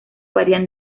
varían